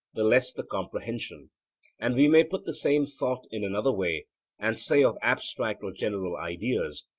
the less the comprehension and we may put the same thought in another way and say of abstract or general ideas,